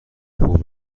خوب